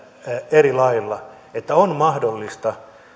eri lailla että on mahdollista